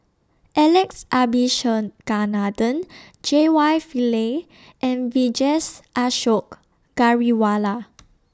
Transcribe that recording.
Alex Abisheganaden J Y Pillay and Vijesh Ashok Ghariwala